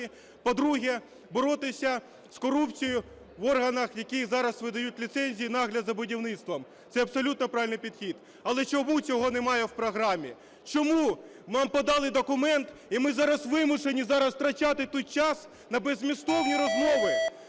по-друге, боротися з корупцією в органах, які зараз видають ліцензії нагляду за будівництвом. Це абсолютно правильний підхід. Але чому цього немає в програмі? Чому нам подали документ і ми зараз вимушені втрачати тут час на беззмістовні розмови?